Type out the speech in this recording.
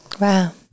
Wow